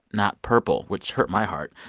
not purple, which hurt my heart.